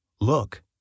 Look